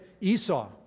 Esau